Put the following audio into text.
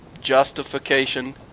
justification